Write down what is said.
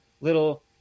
little